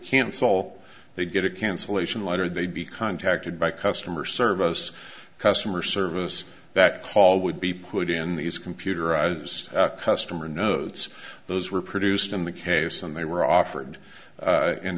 cancel they get a cancellation letter they'd be contacted by customer service customer service that call would be put in these computerized customer notes those were produced in the case and they were offered